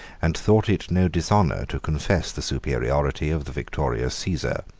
and thought it no dishonor to confess the superiority of the victorious caesar,